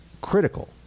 critical